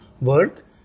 work